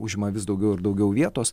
užima vis daugiau ir daugiau vietos